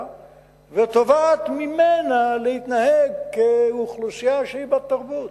ותובעת ממנה להתנהל כאוכלוסייה שהיא בת-תרבות.